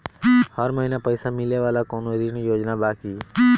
हर महीना पइसा मिले वाला कवनो ऋण योजना बा की?